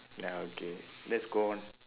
ya okay let's go on